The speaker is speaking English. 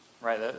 right